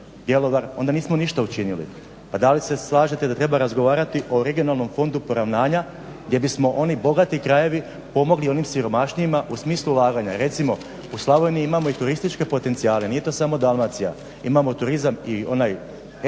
onda nismo ništa učinili. Pa da li se slažete da treba razgovarati o Regionalnom fondu poravnanja gdje bismo oni bogati krajevi pomogli onim siromašnijima u smislu ulaganja. Recimo u Slavoniji imamo i turističke potencijale, nije to samo Dalmacija, imamo turizam i onaj etno